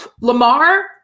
Lamar